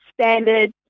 standard